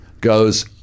goes